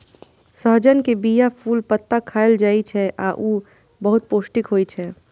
सहजन के बीया, फूल, पत्ता खाएल जाइ छै आ ऊ बहुत पौष्टिक होइ छै